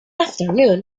afternoon